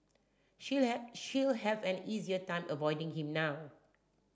she'll have she'll have an easier time avoiding him now